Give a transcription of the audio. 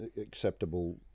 acceptable